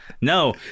no